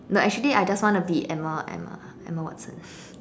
no actually I just want to be Emma Emma Emma Watson